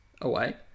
away